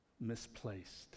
misplaced